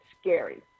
scary